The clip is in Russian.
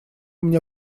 мне